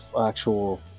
actual